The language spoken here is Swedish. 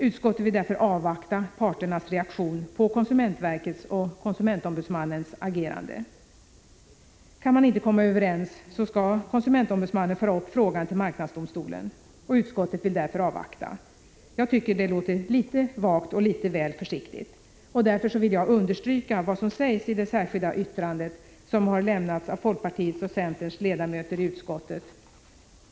Utskottet vill därför avvakta parternas reaktion på konsumentverkets och konsumentombudsmannens agerande. Kan man inte komma överens skall konsumentombudsmannen föra upp frågan till marknadsdomstolen. Utskottet vill därför avvakta. Jag tycker att det låter litet vagt och litet väl försiktigt. Därför vill jag understryka vad som sägs i det särskilda yttrande som har lämnats av folkpartiets och centerns ledamöter i utskottet.